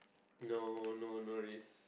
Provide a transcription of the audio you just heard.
no no no risk